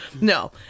no